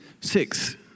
Six